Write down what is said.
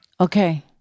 Okay